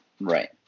Right